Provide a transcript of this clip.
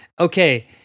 Okay